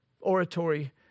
Oratory